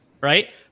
right